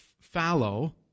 fallow